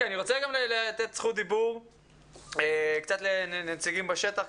אני רוצה לתת זכות דיבור לנציגים בשטח,